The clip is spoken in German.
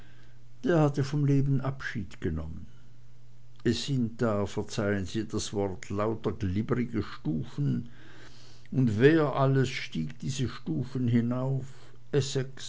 der hatte vom leben abschied genommen es sind da verzeihen sie das wort lauter glibbrige stufen und wer alles stieg diese stufen hinauf